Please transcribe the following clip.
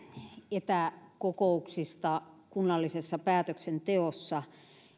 etäkokouksista kunnallisessa päätöksenteossa